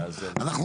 תקשיבו,